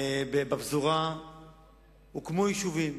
בפזורה הוקמו יישובים.